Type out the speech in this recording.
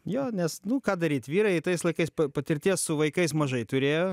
jo nes nu ką daryt vyrai tais laikais patirties su vaikais mažai turėjo